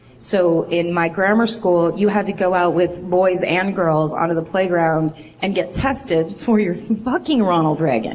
so in my grammar school, you had to go out with boys and girls onto the playground and get tested for your fucking ronald reagan!